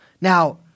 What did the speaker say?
Now